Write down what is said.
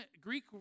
Greek